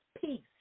peace